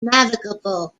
navigable